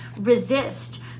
resist